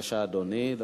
תודה.